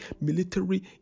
military